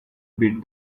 beat